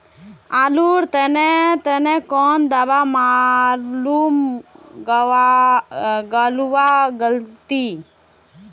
आलूर तने तने कौन दावा मारूम गालुवा लगली?